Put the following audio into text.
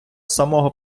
самого